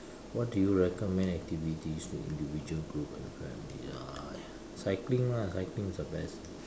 what do you recommend activities for individual group and family ya cycling lah cycling is the best